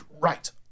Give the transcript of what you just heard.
right